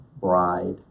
bride